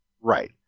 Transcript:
Right